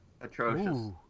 Atrocious